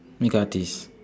makeup artist